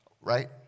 right